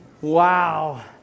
Wow